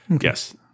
Yes